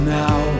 now